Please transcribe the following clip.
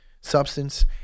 substance